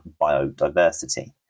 biodiversity